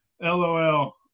LOL